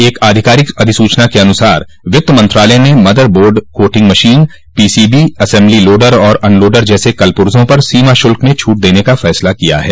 एक आधिकारिक अधिसूचना के अनुसार वित्त मंत्रालय ने mother board coating machine PCB assembly loader और अनलोडर जैसे कलपुर्जों पर सीमा शुल्क में छूट का फैसला किया है